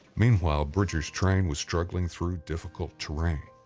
meanwhile, bridger's train was struggling through difficult terrain.